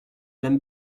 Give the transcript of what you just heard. l’aime